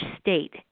state